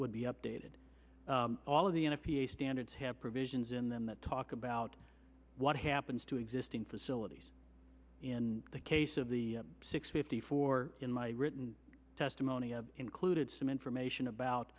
would be updated all of the n f p a standards have provisions in them that talk about what happens to existing facilities in the case of the six fifty four in my written testimony included some information about